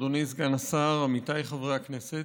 אדוני סגן השר, עמיתיי חברי הכנסת,